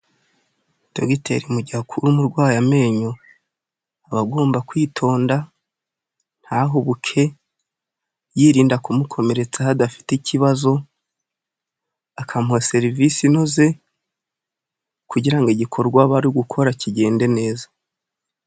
Dogiteri mu gihe akura umurwayi amenyo, aba agomba kwitonda, ntahubuke, yirinda kumukomeretsa aho adafite ikibazo, akamuha serivisi inoze, kugira ngo igikorwa aba ari gukora kigende neza.